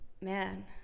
Man